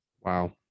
Wow